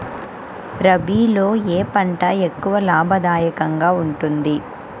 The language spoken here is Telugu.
రబీలో ఏ పంట ఎక్కువ లాభదాయకంగా ఉంటుంది?